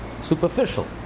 superficial